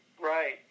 Right